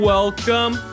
Welcome